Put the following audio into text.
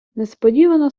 несподівано